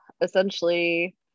essentially